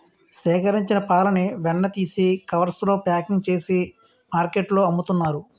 సేకరించిన పాలని వెన్న తీసి కవర్స్ లో ప్యాకింగ్ చేసి మార్కెట్లో అమ్ముతున్నారు